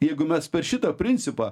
jeigu mes per šitą principą